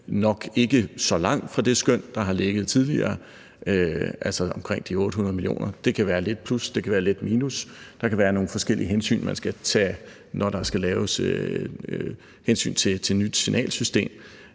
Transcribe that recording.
nok ikke så langt fra det skøn, der har ligget tidligere, altså omkring de 800 mio. kr. Det kan være lidt plus, det kan være lidt minus, og der kan være nogle forskellige hensyn, man skal tage – hensyn til, når der skal laves nyt signalsystem.